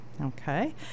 okay